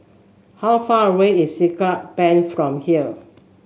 how far away is Siglap Bank from here